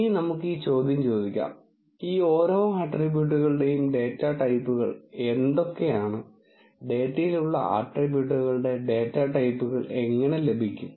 ഇനി നമുക്ക് ഈ ചോദ്യം ചോദിക്കാം ഈ ഓരോ ആട്രിബ്യൂട്ടുകളുടെയും ഡേറ്റ ടൈപ്പുകൾ എന്തൊക്കെയാണ് ഡാറ്റയിൽ ഉള്ള ആട്രിബ്യൂട്ടുകളുടെ ഡാറ്റ ടൈപ്പുകൾ എങ്ങനെ ലഭിക്കും